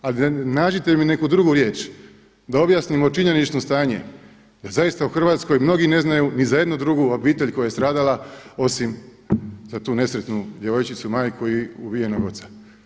Ali nađite mi neku drugu riječ da objasnimo činjenično stanje da zaista u Hrvatskoj mnogi ne znaju ni za jednu drugu obitelj koja je stradala osim za tu nesretnu djevojčicu, majku i ubijenog oca.